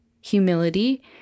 humility